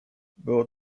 było